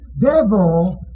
devil